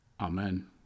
Amen